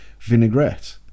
vinaigrette